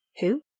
who